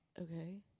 okay